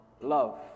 love